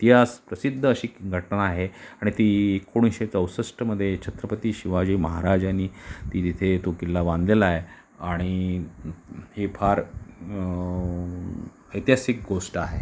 इतिहास प्रसिद्ध अशी घटना आहे आणि ती एकोणीसशे चौसष्टमध्ये छत्रपती शिवाजी महाराजांनी ती तिथे तो किल्ला बांधलेला आहे आणि हे फार ऐतिहासिक गोष्ट आहे